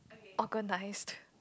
organised